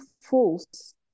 false